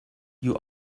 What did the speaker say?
you